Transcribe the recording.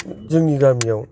जोंनि गामियाव